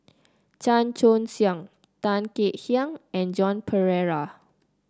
Chan Choy Siong Tan Kek Hiang and Joan Pereira